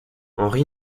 henri